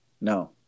No